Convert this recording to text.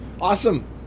Awesome